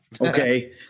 Okay